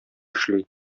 эшли